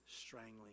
strangling